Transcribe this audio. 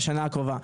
בשנה הקרובה.